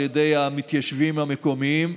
על ידי המתיישבים המקומיים,